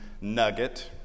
nugget